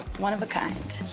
one of the kind.